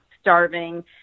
starving